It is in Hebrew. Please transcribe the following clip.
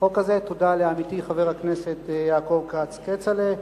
בחוק הזה, תודה לעמיתי יעקב כץ, כצל'ה,